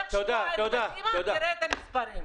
לך שבועיים קדימה ותראה את המספרים.